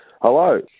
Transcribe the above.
Hello